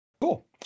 Cool